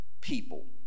people